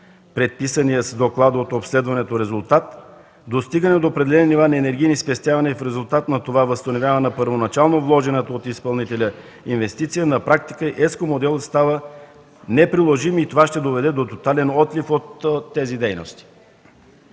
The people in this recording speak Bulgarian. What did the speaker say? предписания с доклада от обследването резултат, достигане до определени нива на енергийни спестявания. В резултат на това възстановяване на първоначално вложената от изпълнителя инвестиция, на практика ЕSCО моделът остава неприложим и това ще доведе до тотален отлив от тези дейности.